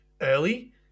early